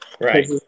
Right